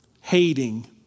hating